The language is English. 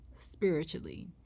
spiritually